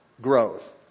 growth